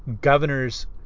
governors